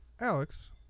Alex